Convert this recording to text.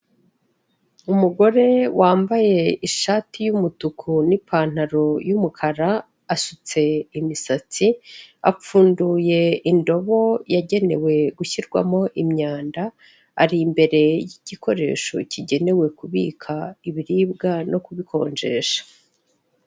Umugore wambaye ishati y'umutuku n'ipantaro y'umukara asutse imisatsi, apfunduye indobo yagenewe gushyirwamo imyanda; ari imbere y'igikoresho kigenewe kubika ibiribwa no kubikonjesha.